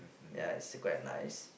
ya it's quite nice